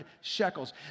shekels